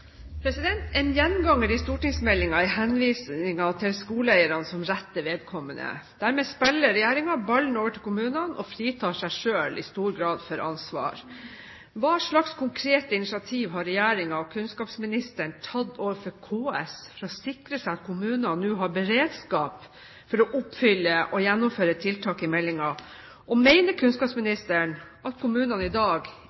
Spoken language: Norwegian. En gjenganger i stortingsmeldingen er henvisningen til skoleeierne som rette vedkommende. Dermed spiller regjeringen ballen over til kommunene og fritar seg selv i stor grad for ansvar. Hva slags konkrete initiativ har regjeringen og kunnskapsministeren tatt overfor KS for å sikre at kommunene nå har beredskap for å oppfylle og gjennomføre tiltak i meldingen? Og